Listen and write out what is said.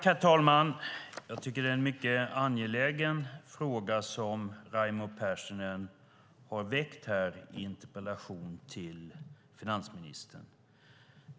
Herr talman! Jag tycker att det är en mycket angelägen fråga Raimo Pärssinen har ställt i sin interpellation till finansministern.